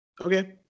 Okay